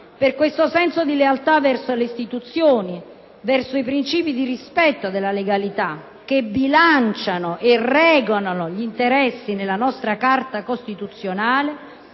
per questo senso di lealtà verso le istituzioni, verso i principi di rispetto della legalità che bilanciano e regolano gli interessi nella nostra Carta costituzionale.